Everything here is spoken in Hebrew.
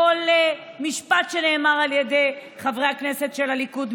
כל משפט שנאמר על ידי חברי הכנסת של הליכוד,